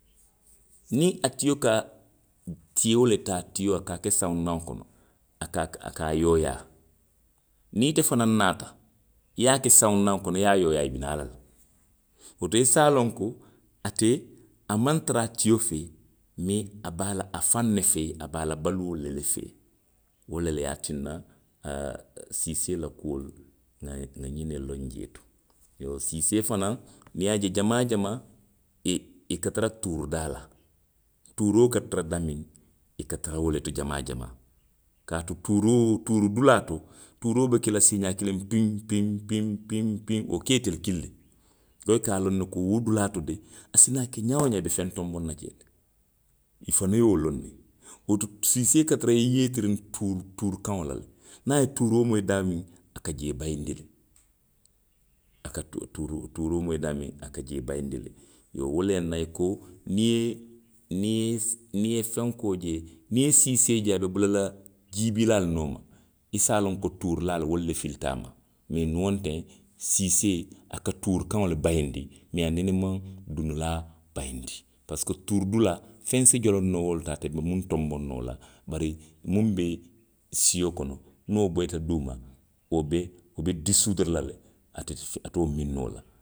Niŋ a tio ka tiyoo le taa, tiyoo a ka a ke sawundaŋo kono, a ka, a ka yooyaa, niŋ ite fanaŋ naata. i ye a ka sawundaŋo kono i ye a yooyaa, i bi naa la le. Woto i se a loŋ ko, ate, a maŋ tara a tio fee, mee a be a la, a be a faŋ ne fee, a be a la baluolu le fee. Wo le ye a tinna, aaa siisee la kuolu. nŋa, nŋa ňiŋ ne loŋ jee to. Iyoo. siisse fanaŋ. niŋ i ye a je jamaa jamaa i, i ka tuuri daa la. tuuroo ka tara daamiŋ. i ka tara wo le to jamaa jamaa. Kaatu tuuroo, tuuri dulaa to. tuuroo be ke la siixaa kiliŋ piŋ, piŋ, piŋ. piŋ, wo ka itelu kili le. Nko i ka a loŋ ne wo dulaa to de, i si naa ke ňaa woo ňaa i be feŋ tonboŋ na jee le. I fanaŋ ye wo loŋ ne. Wo to, siisee ka tara yeetiriŋ tuuri, tuuri kaŋo la le. Niŋ a ye tuuroo moyi daamiŋ, a ka jee bayindi le. A ka tuuri, tuuroo moyi daamiŋ, a ka jee bayindi le. Iyoo wo le yaŋ na i ko niŋ i ye, niŋ i ye, niŋ i ye fenkoo je, niŋ i ye siisee je a bula lajiibiilaalu nooma. i se a loŋ ko tuurilaalu wolu le filita a ma; mee niŋ wonteŋ, siisee, a ka tuuri kaŋo le bayindi, mee a nene maŋ dunilaa bayindi. Parisiko tuuri dulaa; feŋ se joloŋ noo wo le to, ate be muŋ tonboŋ noo la, bari muŋ be sio kono. niŋ wo boyi duuma. wo be, wo be disuudiri la le, ate, ate wo miŋ noo la.